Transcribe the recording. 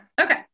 Okay